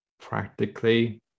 practically